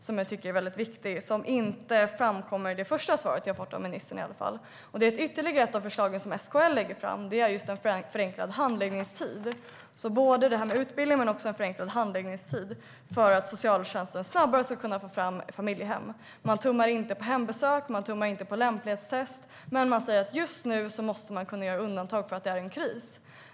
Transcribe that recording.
Detta är mycket viktigt, och det framkommer inte i ministerns svar. Det handlar om ytterligare ett av de förslag som SKL har lagt fram om en förenklad handläggning. Det handlar alltså både om utbildning och om en förenklad handläggning för att socialtjänsten snabbare ska kunna få fram familjehem. Man tummar inte på hembesök, man tummar inte på lämplighetstest, men man säger att man just nu måste kunna göra undantag för att det är en kris.